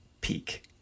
peak